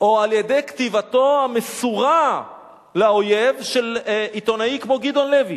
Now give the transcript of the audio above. או על-ידי כתיבתו המסורה לאויב של עיתונאי כמו גדעון לוי.